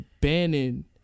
banning